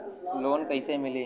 Loan कइसे मिलि?